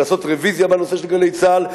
לעשות רוויזיה בנושא של "גלי צה"ל",